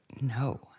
No